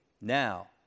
Now